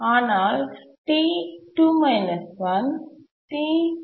ஆனால் T2 1 T2 2